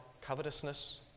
covetousness